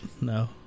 No